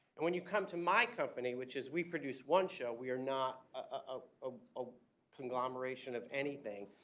and when you come to my company, which is we produce one show. we are not a ah ah conglomeration of anything.